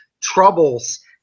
troubles